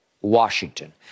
Washington